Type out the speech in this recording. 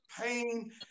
pain